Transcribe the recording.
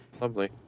lovely